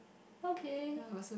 okay